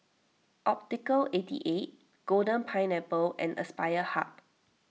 Optical eighty eight Golden Pineapple and Aspire Hub